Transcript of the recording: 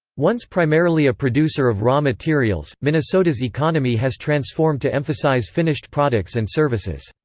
once primarily a producer of raw materials, minnesota's economy has transformed to emphasize finished products and services.